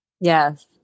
Yes